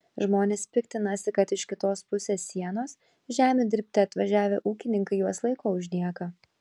žmonės piktinasi kad iš kitos pusės sienos žemių dirbti atvažiavę ūkininkai juos laiko už nieką